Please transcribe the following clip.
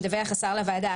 ידווח השר לוועדה,